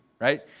right